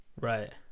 Right